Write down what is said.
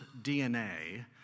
DNA